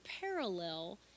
parallel